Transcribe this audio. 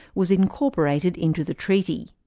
was incorporated into the treaty.